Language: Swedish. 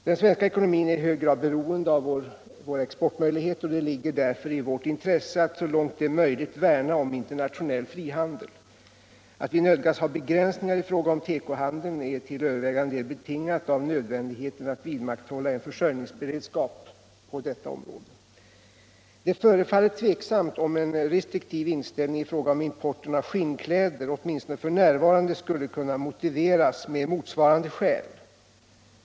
Den svenska ekonomin är i hög grad beroende av våra exportmöjligheter, och det ligger därför i vårt intresse att så långt möjligt värna om internationell frihandel. Det förhållandet att vi nödgas ha begränsningar i fråga om tekohandeln är till övervägande del betingat av nödvändigheten att vidmakthålla en försörjningsberedskap på detta område. Det förefaller tveksamt, åtminstone just nu, om en restriktiv inställning i fråga om importen av skinnkläder skulle kunna motiveras med motsvarande behov.